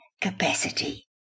capacity